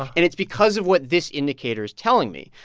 and it's because of what this indicator is telling me,